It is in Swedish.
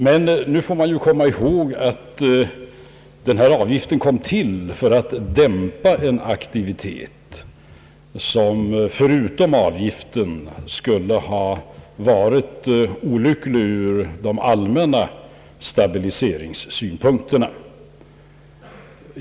Men nu får man komma ihåg att denna avgift kom till för att dämpa en aktivitet, som förutan avgiften skulle ha varit olycklig ur de allmänna stabiliseringssynpunkterna.